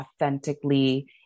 authentically